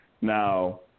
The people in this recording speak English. Now